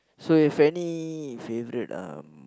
so if any favourite um